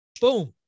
Boom